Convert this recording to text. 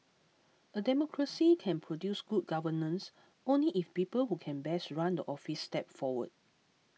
a democracy can produce good governance only if people who can best run the office step forward